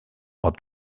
ort